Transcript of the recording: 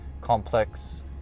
complex